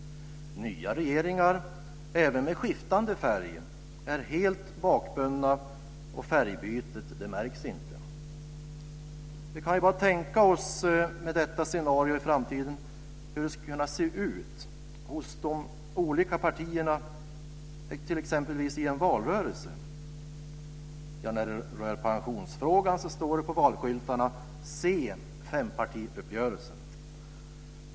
Nya regeringar, även med skiftande färg, är helt bakbundna och färgbytet märks inte. Vi kan bara tänka oss hur det med detta scenario i framtiden skulle kunna se ut hos de olika partierna exempelvis i en valrörelse. När det rör pensionsfrågan står det på valskyltarna: Se fempartiuppgörelsen!